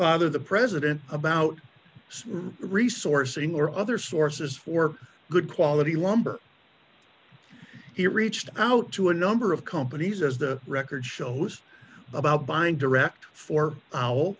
father the president about resourcing or other sources for good quality lumber he reached out to a number of companies as the record shows about buying direct for